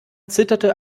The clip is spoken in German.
zitterte